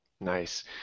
Nice